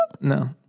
No